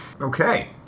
Okay